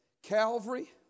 Calvary